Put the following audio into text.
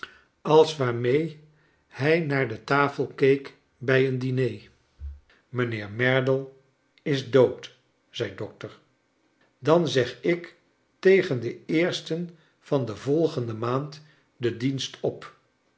als waarmee hij naar de tafel keek bij een diner mijnheer merdle is dood zei dokter dan zeg ik tegen den eersten van de volgende maand den dienst op